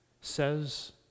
says